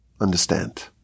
understand